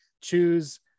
choose